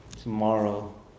tomorrow